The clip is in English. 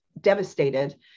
devastated